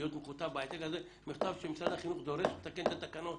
להיות מכותב במכתב שמשרד החינוך דורש לתקן את התקנות.